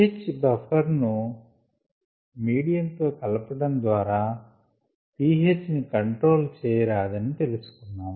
pH buffer ను medium తో కలపటం ద్వారా pH ని కంట్రోల్ చేయరాదని తెలిసి కొన్నాము